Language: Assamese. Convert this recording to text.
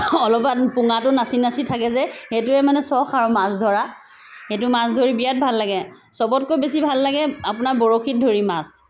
অলপমান পুঙাটো নাচি নাচি থাকে যে সেইটোৱে মানে চখ আৰু মাছ ধৰা সেইটো মাছ ধৰি বিৰাত ভাল লাগে চবতকৈ বেছি ভাল লাগে আপোনাৰ বৰশীত ধৰি মাছ